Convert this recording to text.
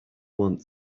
want